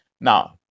Now